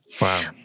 Wow